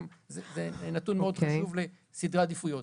זה נתון מאוד חשוב לסדרי עדיפויות.